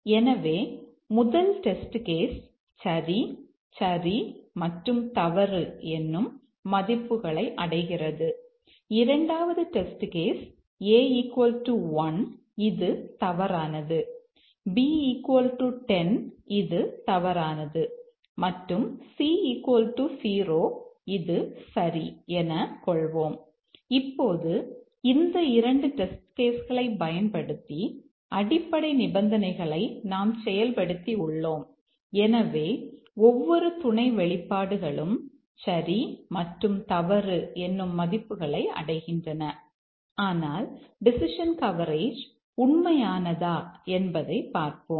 எனவே முதல் test case களைப் பயன்படுத்தி அடிப்படை நிபந்தனைகளை நாம் செயல்படுத்தி உள்ளோம் எனவே ஒவ்வொரு துணை வெளிப்பாடுகளும் சரி மற்றும் தவறு என்னும் மதிப்புகளை அடைகின்றன ஆனால் டெசிஷன் கவரேஜ் உண்மையானதா என்பதைப் பார்ப்போம்